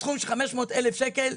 בסכום של 500 אלף שקל,